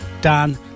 Dan